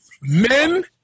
men